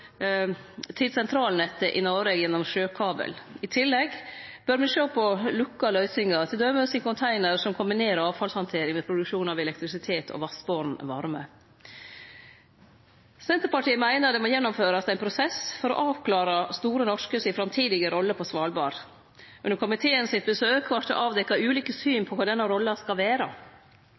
sentralnettet i Noreg gjennom sjøkabel. I tillegg bør me sjå på lukka løysingar, t.d. i container som kombinerer avfallshandtering med produksjon av elektrisitet og vassboren varme. Senterpartiet meiner det må gjennomførast ein prosess for å avklare Store Norske si framtidige rolle på Svalbard. Under komitébesøket vart det avdekt ulike syn på kva denne rolla skal